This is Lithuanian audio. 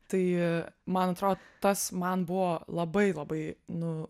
tai man atro tas man buvo labai labai nu